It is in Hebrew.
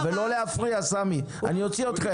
ולא להפריע, סאמי, אני אוציא אתכם.